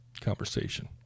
conversation